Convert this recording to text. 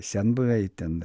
senbuviai ten